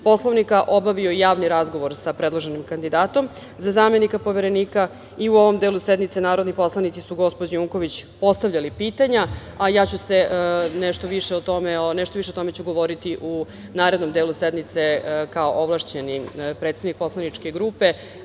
Poslovnika, obavio javni razgovor sa predloženim kandidatom za zamenika Poverenika i u ovom delu sednice narodni poslanici su gospođi Unković postavljali pitanja, a ja ću nešto više o tome govoriti u narednom delu sednice, kao ovlašćeni predstavnik poslaničke